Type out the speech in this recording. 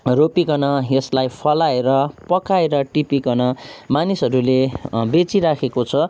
रोपिकन यसलाई फलाएर पकाएर टिपिकन मानिसहरूले बेचिरहेको छ